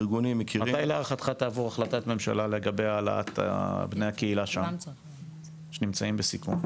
מתי לדעתך תעבור החלטת ממשלה לגבי העלאת בני הקהילה שם שנמצאים בסיכון?